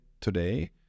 today